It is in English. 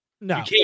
no